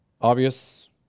Obvious